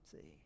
See